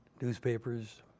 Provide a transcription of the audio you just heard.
newspapers